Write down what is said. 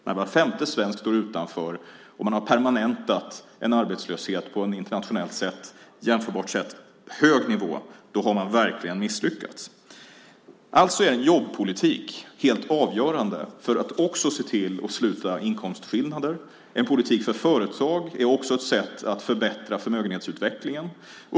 När var femte svensk står utanför och man har permanentat en arbetslöshet på en internationellt sett hög nivå har man verkligen misslyckats. Alltså är en jobbpolitik helt avgörande för att se till att minska inkomstskillnader. En politik för företag är också ett sätt att förbättra förmögenhetsutvecklingen.